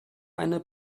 eine